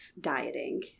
dieting